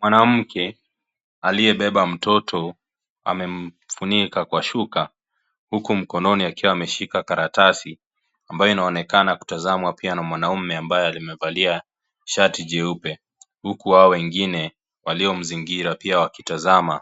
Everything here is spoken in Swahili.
Mwanamke aliyebeba mtoto amemfunika kwa shuka huku mkononi akiwa ameshika karatasi ambaye inaonekana kutazamwa pia na mwanaume amabaye amevalia shati jeupe huku hawa wengine waliomzingira pia wakitazama